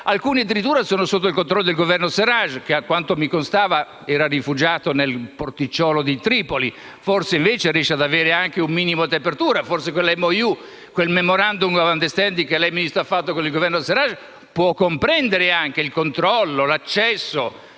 alcuni addirittura sono sotto il controllo del Governo Serraj che, a quanto mi constava, era rifugiato nel porticciolo di Tripoli. Forse, invece, riesce ad avere anche un minimo di apertura. Forse quel MOU (Memorandum of undestanding) che lei, Ministro, ha fatto con il Governo Serraj può comprendere anche il controllo, l'accesso,